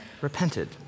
repented